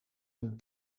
een